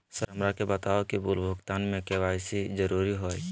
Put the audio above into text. Sir हमरा के बताओ कि बिल भुगतान में के.वाई.सी जरूरी हाई?